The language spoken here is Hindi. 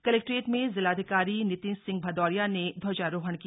कलेक्ट्रेट में जिलाधिकारी नितिन सिंह भदौरिया ने ध्वजारोहण किया